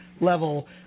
level